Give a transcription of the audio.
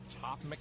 top